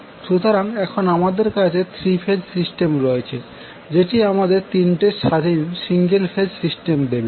সুতরাং এখন আমাদের কাছে 3 ফেজ সিস্টেম রয়েছে যেটি আমাদের তিনটি স্বাধীন সিঙ্গেল ফেজ সিস্টেম দেবে